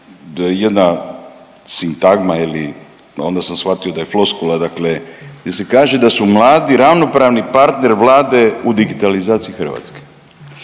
jedna sintagma ili, onda sam shvatio da je floskula, dakle, di se kaže da su mladi ravnopravni partner Vlade u digitalizaciji Hrvatske.